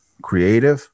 creative